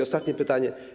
Ostatnie pytanie.